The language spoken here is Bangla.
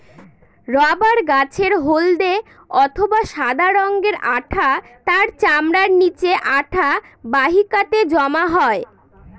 রবার গাছের হল্দে অথবা সাদা রঙের আঠা তার চামড়ার নিচে আঠা বাহিকাতে জমা হয়